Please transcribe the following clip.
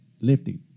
lifting